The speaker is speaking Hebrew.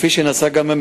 כנסת נכבדה,